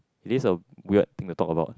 it is a weird thing to talk about